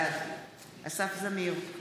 בעד אסף זמיר,